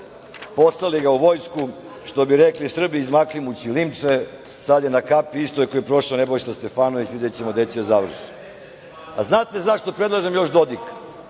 poslali ga u vojsku, što bi rekli Srbi „izmakli mu ćilimče“, sad je na kapiji. Isto je prošao Nebojša Stefanović, videćemo gde će da završe. Znate zašto predlažem još Dodika?